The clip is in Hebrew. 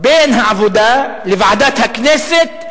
של ועדת העבודה וועדת הכנסת,